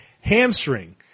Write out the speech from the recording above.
hamstring